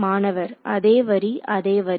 மாணவர்அதே வரி அதே வரி